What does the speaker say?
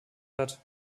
hat